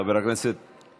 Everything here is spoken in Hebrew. חבר הכנסת, תודה.